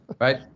right